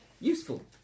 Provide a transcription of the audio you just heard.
useful